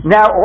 Now